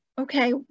okay